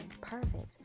perfect